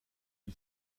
une